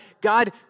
God